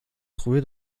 trouvé